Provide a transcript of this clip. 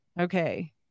okay